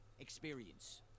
experience